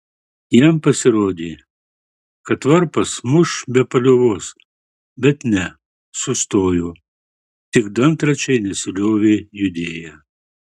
jam pasirodė kad varpas muš be paliovos bet ne sustojo tik dantračiai nesiliovė judėję